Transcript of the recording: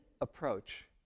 approach